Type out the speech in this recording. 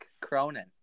Cronin